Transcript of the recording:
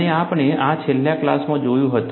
અને આપણે આ પણ છેલ્લા ક્લાસમાં જોયું હતું